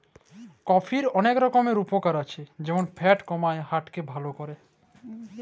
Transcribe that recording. কফির অলেক রকমের উপকার আছে যেমল ফ্যাট কমায়, হার্ট কে ভাল ক্যরে